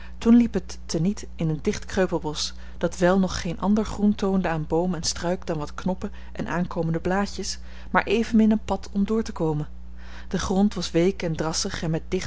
toen liep het te niet in een dicht kreupelbosch dat wel nog geen ander groen toonde aan boom en struik dan wat knoppen en aankomende blaadjes maar evenmin een pad om door te komen de grond was week en drassig en met